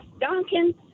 Duncan